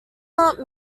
not